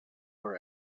for